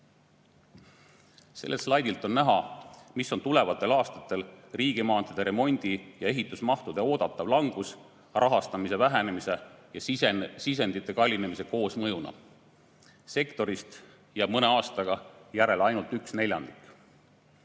slaidilt on näha, milline on tulevatel aastatel riigimaanteede remondi ja ehitusmahtude oodatav langus rahastamise vähenemise ja sisendite kallinemise koosmõjuna. Sektorist jääb mõne aastaga järele ainult üks neljandik.